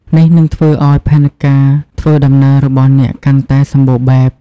នេះនឹងធ្វើឱ្យផែនការធ្វើដំណើររបស់អ្នកកាន់តែសម្បូរបែប។